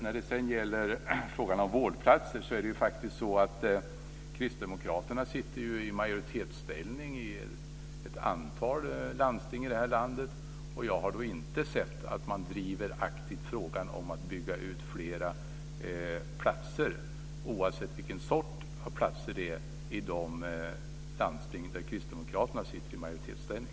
När det sedan gäller frågan om vårdplatser sitter ju faktiskt kristdemokraterna i majoritetsställning i ett antal landsting i det här landet. Jag har inte sett att man aktivt driver frågan om att bygga ut fler platser, oavsett vilken sorts platser det gäller, i de landsting där kristdemokraterna sitter i majoritetsställning.